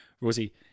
Rosie